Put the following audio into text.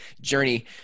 journey